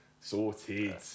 Sorted